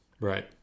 Right